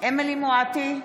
אמילי חיה מואטי,